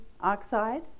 oxide